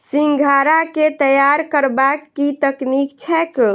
सिंघाड़ा केँ तैयार करबाक की तकनीक छैक?